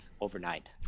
overnight